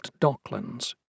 Docklands